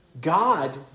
God